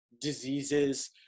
diseases